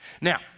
Now